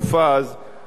לא בכנסת,